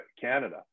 Canada